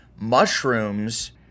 mushrooms